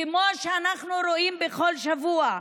כמו שאנחנו רואים בכל שבוע,